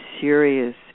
serious